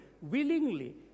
willingly